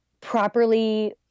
properly